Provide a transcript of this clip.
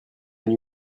nuit